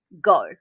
go